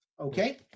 Okay